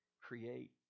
create